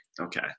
Okay